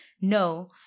no